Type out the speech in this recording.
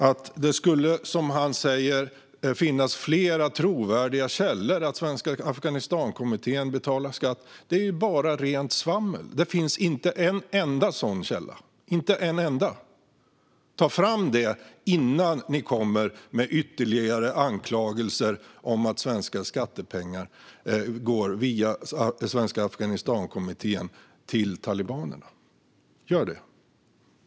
Att det, som Ludvig Aspling säger, skulle finnas flera trovärdiga källor som uppger att Svenska Afghanistankommittén betalar skatt är bara rent svammel. Det finns inga sådana källor - inte en enda! Ta fram dem innan ni kommer med ytterligare anklagelser om att svenska skattepengar går via Svenska Afghanistankommittén till talibanerna! Gör det!